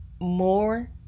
more